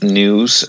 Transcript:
news